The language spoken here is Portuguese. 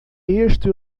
este